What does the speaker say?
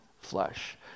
flesh